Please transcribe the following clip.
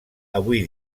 avui